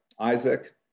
Isaac